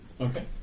Okay